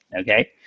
Okay